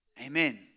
Amen